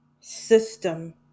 system